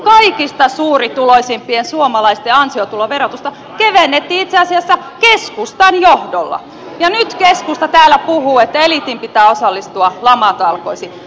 kaikista suurituloisimpien suomalaisten ansiotuloverotusta kevennettiin itse asiassa keskustan johdolla ja nyt keskusta täällä puhuu että eliitin pitää osallistua lamatalkoisiin